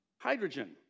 hydrogen